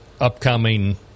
upcoming